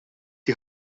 die